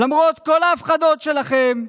למרות כל ההפחדות שלכם,